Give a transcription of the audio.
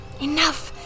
Enough